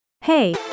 Hey